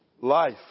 life